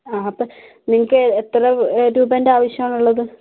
ആ അപ്പോൾ നിങ്ങൾക്ക് എത്ര രൂപേൻ്റെ ആവശ്യമാണുള്ളത്